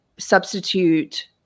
substitute